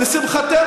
לשמחתנו,